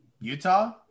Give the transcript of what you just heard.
Utah